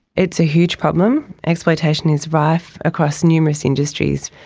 it's a huge problem, exploitation is rife across numerous industries.